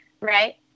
Right